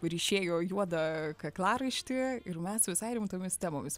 ryšėjo juodą kaklaraištį ir mes visai rimtomis temomis